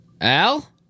Al